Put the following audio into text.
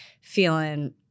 feeling